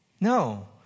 No